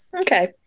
Okay